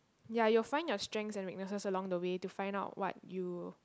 ya you find your strength and weaknesses along a way to find out what you